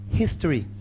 history